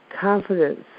confidence